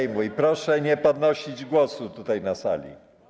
I proszę nie podnosić głosu tutaj, na sali.